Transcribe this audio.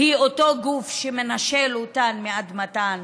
היא אותו גוף שמנשל אותן מאדמתן,